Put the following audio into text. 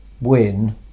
win